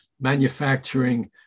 manufacturing